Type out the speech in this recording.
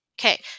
okay